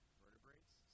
vertebrates